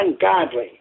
ungodly